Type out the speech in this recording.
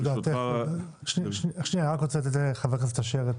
בבקשה, חבר הכנסת אשר.